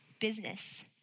business